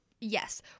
yes